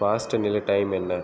பாஸ்டனில் time என்ன